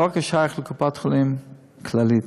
בית-החולים סורוקה שייך לקופת-חולים כללית.